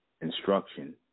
instruction